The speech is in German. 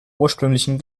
ursprünglichen